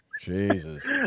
Jesus